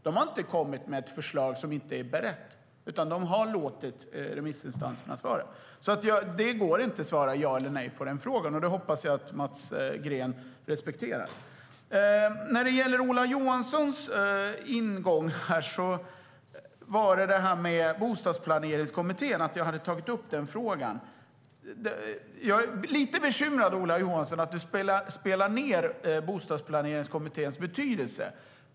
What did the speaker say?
De har inte kommit med förslag som inte är beredda, utan de har låtit remissinstanserna svara. Därför går det inte att svara ja eller nej på Mats Greens fråga, och det hoppas jag att han respekterar. Ola Johansson berörde Bostadsplaneringskommittén och att jag hade tagit upp den frågan. Jag är lite bekymrad över att Ola Johansson spelar ned Bostadsplaneringskommitténs betydelse.